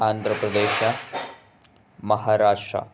Andhra Pradesh Maharashtra